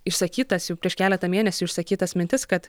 išsakytas jau prieš keletą mėnesių išsakytas mintis kad